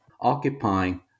occupying